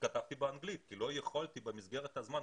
כתבתי באנגלית כי לא יכולתי במסגרת הזמן,